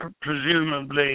presumably